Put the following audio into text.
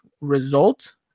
result